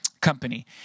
Company